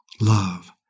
Love